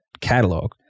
catalog